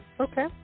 Okay